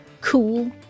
Cool